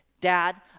Dad